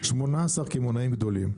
18 קמעונאים גדולים,